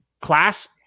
class